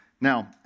Now